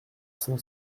cent